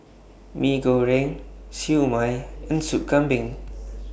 Mee Goreng Siew Mai and Sup Kambing